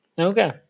Okay